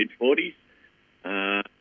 mid-40s